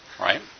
Right